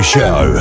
Show